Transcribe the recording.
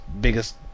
biggest